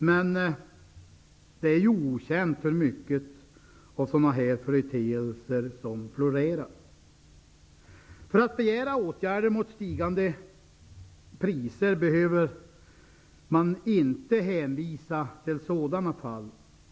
Men det är ju okänt hur många sådana företeelser som florerar. För att begära åtgärder mot stigande priser behöver man inte hänvisa till sådana fall.